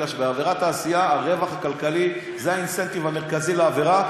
כי בעבירת תעשייה הרווח הכלכלי זה האינסנטיב המרכזי לעבירה.